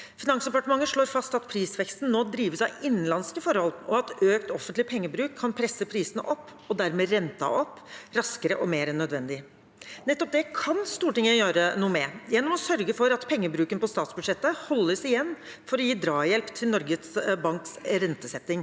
Finansdepartementet slår fast at prisveksten nå drives av innenlandske forhold, og at økt offentlig pengebruk kan presse prisene opp og dermed også renten opp raskere og mer enn nødvendig. Nettopp det kan Stortinget gjøre noe med gjennom å sørge for at pengebruken på statsbudsjettet holdes igjen for å gi drahjelp til Norges Banks rentesetting.